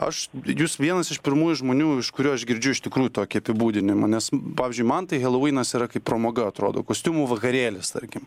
aš jūs vienas iš pirmųjų žmonių iš kurių aš girdžiu iš tikrųjų tokį apibūdinimą nes pavyzdžiui man tai helovynas yra kaip pramoga atrodo kostiumų vakarėlis tarkim